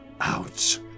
out